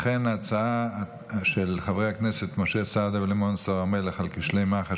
לכן ההצעה של חברי הכנסת משה סעדה ולימור סון הר מלך על כשלי מח"ש